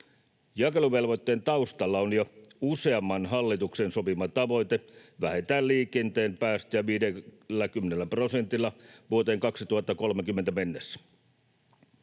Jakeluvelvoitteen taustalla on jo useamman hallituksen sopima tavoite vähentää liikenteen päästöjä 50 prosentilla vuoteen 2030 mennessä.